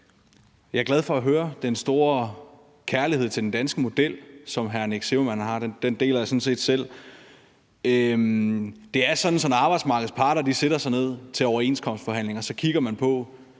Jeg er glad for at høre den store kærlighed til den danske model, som hr. Nick Zimmermann har. Den deler jeg sådan set selv. Det er sådan, at når arbejdsmarkedets parter sætter sig ned til overenskomstforhandlinger, kigger man på,